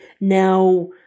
now